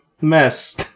mess